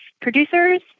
producers